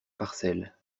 parcelle